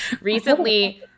recently